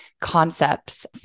concepts